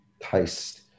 taste